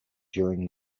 during